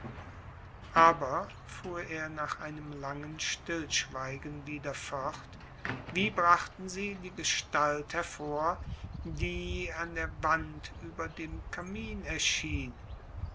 aber fuhr er nach einem langen stillschweigen wieder fort wie brachten sie die gestalt hervor die an der wand über dem kamin erschien